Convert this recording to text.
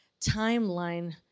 timeline